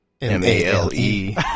M-A-L-E